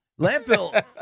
Landfill